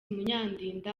munyandinda